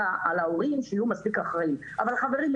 ההורים שיהיו מספיק אחראיים אבל חברים,